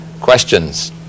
questions